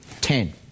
Ten